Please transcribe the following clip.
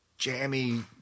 jammy